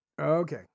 Okay